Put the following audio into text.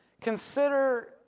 Consider